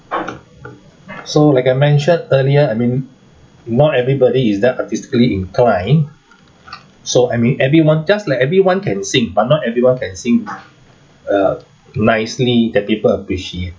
so like I mentioned earlier I mean not everybody is that artistically inclined so I mean everyone just like everyone can sing but not everyone can sing uh nicely that people appreciate